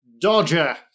Dodger